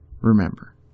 Remember